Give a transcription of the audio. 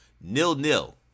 nil-nil